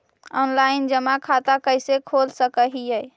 Online जमा खाता कैसे खोल सक हिय?